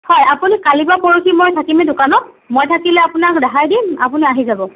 হয় আপুনি কালি বা পৰহি মই থাকিমে দোকানত মই থাকিলে আপোনাক ৰেহাই দিম আপুনি আহি যাব